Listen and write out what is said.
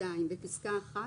בפסקה (1),